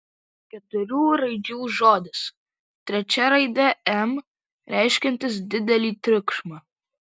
keturių raidžių žodis trečia raidė m reiškiantis didelį triukšmą